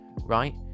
right